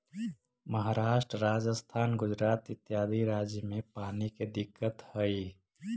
महाराष्ट्र, राजस्थान, गुजरात इत्यादि राज्य में पानी के दिक्कत हई